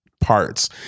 parts